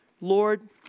Lord